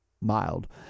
Mild